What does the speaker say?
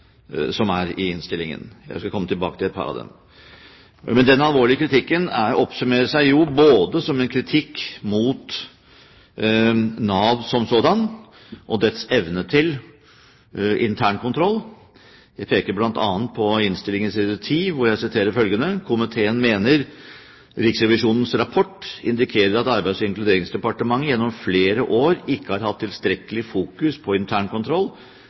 som er i innstillingen. Jeg skal komme tilbake til et par av dem. Den alvorlige kritikken oppsummerer seg som en kritikk både mot Nav som sådan og mot dets evne til internkontroll – jeg peker bl.a. på innstillingens side 10, og jeg siterer følgende: «Komiteen mener Riksrevisjonens rapport indikerer at Arbeids- og inkluderingsdepartementet gjennom flere år ikke har hatt tilstrekkelig fokus på